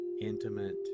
intimate